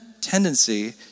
tendency